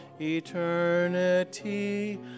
eternity